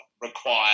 require